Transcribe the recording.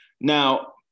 Now